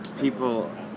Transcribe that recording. people